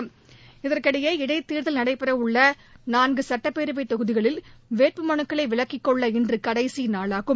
நடைபெறவுள்ள இதற்கிடையே இடைத்தேர்தல் நான்கு சுட்டப்பேரவைத் தொகுதிகளில் வேட்புமனுக்களை விலக்கிக் கொள்ள இன்று கடைசி நாளாகும்